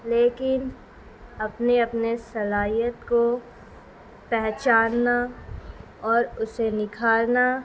لیکن اپنے اپنے صلاحیت کو پہچاننا اور اسے نکھارنا